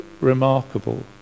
remarkable